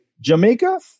Jamaica